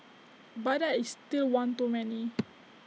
but that is still one too many